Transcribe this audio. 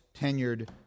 tenured